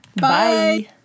Bye